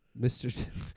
Mr